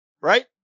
Right